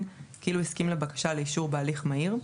כאילו הסכים לבקשה לאישור בהליך מהיר,